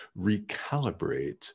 recalibrate